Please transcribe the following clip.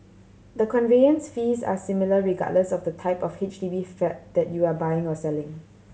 the conveyance fees are similar regardless of the type of H D B flat that you are buying or selling